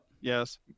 Yes